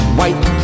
white